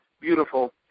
Beautiful